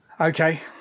Okay